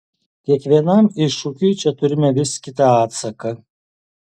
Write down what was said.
kiekvienam iššūkiui čia turime vis kitą atsaką